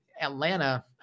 Atlanta